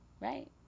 right